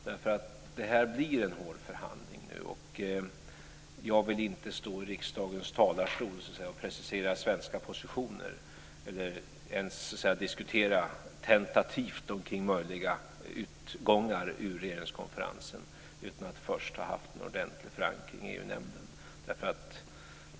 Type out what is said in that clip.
Det blir nu en hård förhandling, och jag vill inte stå i riksdagens talarstol och precisera svenska positioner eller ens diskutera tentativt kring möjliga utgångar ur regeringskonferensen utan att först ha fått en ordentlig förankring i EU-nämnden.